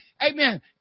Amen